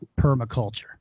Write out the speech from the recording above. permaculture